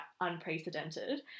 unprecedented